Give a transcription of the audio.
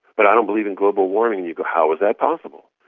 but i don't believe in global warming. and you go, how is that possible?